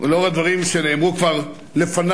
ולאור הדברים שנאמרו כבר לפני,